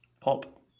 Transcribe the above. pop